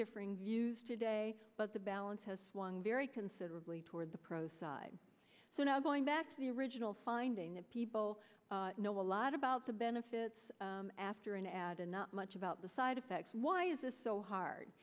differing views today but the balance has swung very considerably toward the pro side so now going back to the original finding that people know a lot about the benefits after an ad and not much about the side effects why is this so hard